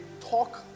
talk